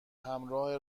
همراه